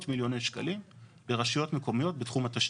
מיליוני שקלים לרשויות מקומיות בתחום התשתיות.